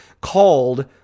called